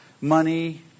money